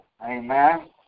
Amen